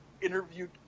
interviewed